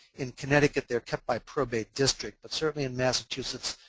in connecticut, they're kept by probate district, but certainly in massachusetts,